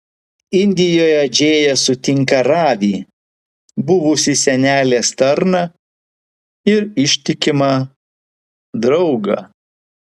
indijoje džėja sutinka ravį buvusį senelės tarną ir ištikimą draugą